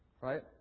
right